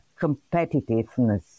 competitiveness